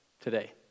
today